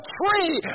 tree